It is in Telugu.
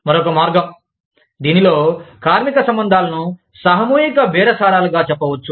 మరొక మార్గం దీనిలో కార్మిక సంబంధాలను సామూహిక బేరసారాలుగా చెప్పవచ్చు